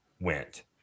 went